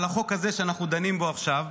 על החוק שאנחנו דנים בו עכשיו,